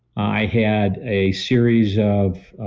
i had a series of